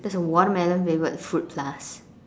there's a watermelon flavored fruit plus